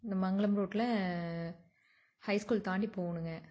இந்த மங்களம் ரோட்டில் high school தாண்டி போகணுங்க